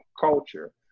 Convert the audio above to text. culture